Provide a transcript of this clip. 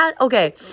Okay